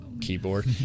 keyboard